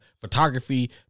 photography